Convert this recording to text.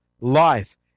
life